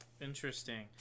Interesting